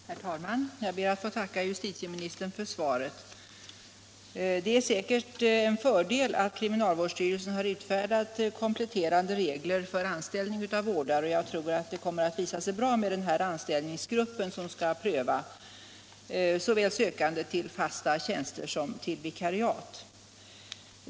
Herr talman! Jag ber att få tacka justitieministern för svaret. Det är säkert en fördel att kriminalvårdsstyrelsen har utfärdat kompletterande regler för anställning av vårdare. Och jag tror att det kommer att visa sig vara bra med den här anställningsgruppen som skall pröva sökande till såväl fasta tjänster som vikariat.